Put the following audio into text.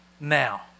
now